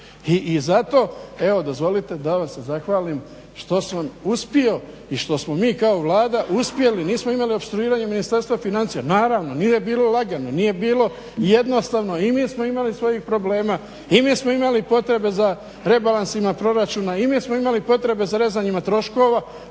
I zato evo dozvolite da vam se zahvalim što sam uspio i što smo mi kao Vlada uspjeli, nismo imali opstruiranje Ministarstva financija, naravno nije bilo lagano, nije bilo jednostavno, i mi smo imali svojih problema, i mi smo imali potrebe za rebalansima proračuna, i mi smo imali potrebe za rezanjima troškovima